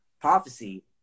prophecy